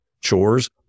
chores